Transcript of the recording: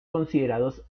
considerados